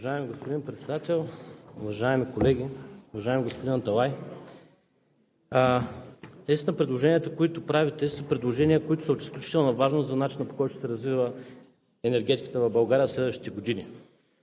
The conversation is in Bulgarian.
Уважаеми господин Председател, уважаеми колеги! Уважаеми господин Аталай, текстът на предложенията, които правите, са предложения, които са от изключителна важност за начина, по който ще се развива енергетиката в България в следващите години.